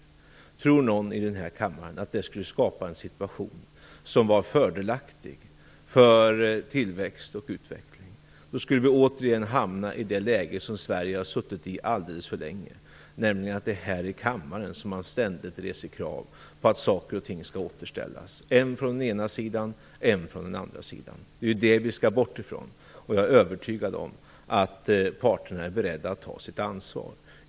Tror någon i denna kammare att det skulle skapa en situation som var fördelaktig för tillväxt och utveckling? Då skulle vi återigen hamna i det läge som Sverige har befunnit sig i alldeles för länge, nämligen att det är här i kammaren man ständigt reser krav på att saker och ting skall återställas - än från den ena sidan, än från den andra. Det är ju det vi skall bort ifrån, och jag är övertygad om att parterna är beredda att ta sitt ansvar.